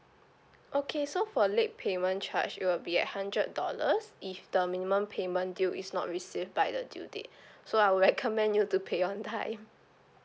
okay so for late payment charge it will be a hundred dollars if the minimum payment due is not receive by the due date so I will recommend you to pay on time